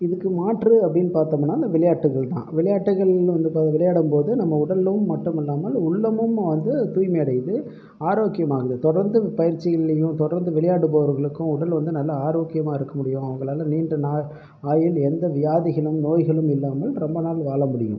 இதுக்கு மாற்று அப்படின்னு பார்த்தோம்னா இந்த விளையாட்டுகள் தான் விளையாட்டுகள் வந்து விளையாடும் போது நம்ம உடலும் மட்டுமல்லாமல் உள்ளமும் வந்து தூய்மை அடையுது ஆரோக்கியமாகுது தொடந்து பயிற்சிகள்லையும் தொடர்ந்து விளையாடுபவருக்கும் உடல் வந்து நல்ல ஆரோக்கியமாக இருக்க முடியும் அவங்களால நீண்ட நாள் ஆயுள் எந்த வியாதிகளும் நோய்களும் இல்லாமல் ரொம்ப நாள் வாழ முடியும்